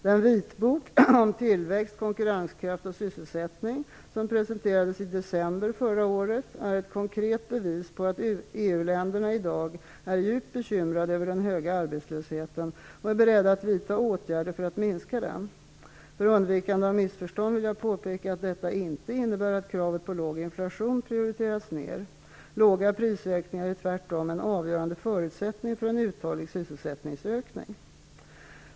Den vitbok om tillväxt, konkurrenskraft och sysselsättning som presenterades i december förra året är ett konkret bevis på att EU-länderna i dag är djupt bekymrade över den höga arbetslösheten och är beredda att vidta åtgärder för att minska den. För undvikande av missförstånd vill jag påpeka att detta inte innebär att kravet på låg inflation prioriterats ned. Låga prisökningar är tvärtom en avgörande förutsättning för en uthållig sysselsättningsökning.